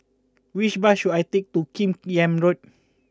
which bus should I take to Kim Yam Road